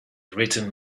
written